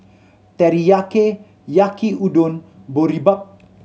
Teriyaki Yaki Udon Boribap